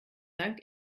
dank